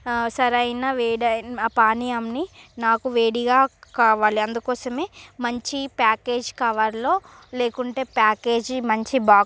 సరైన వేడైన పానియాన్ని నాకు వేడిగా కావాలి అందుకోసమే మంచి ప్యాకేజీ కవర్లో లేకుంటే ప్యాకేజీ మంచి బాక్